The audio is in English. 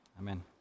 Amen